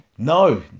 No